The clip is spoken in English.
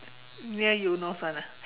near Eunos [one] ah